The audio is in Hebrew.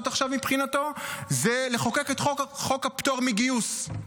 עכשיו מבחינתו זה לחוקק את חוק הפטור מגיוס,